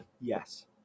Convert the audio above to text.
Yes